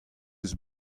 eus